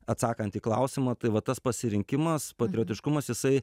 atsakant į klausimą tai va tas pasirinkimas patriotiškumas jisai